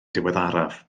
diweddaraf